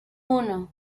uno